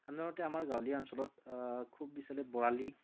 সাধাৰণতে আমাৰ গাঁৱলীয়া অঞ্চলত খুব বিচাৰিলে বৰালি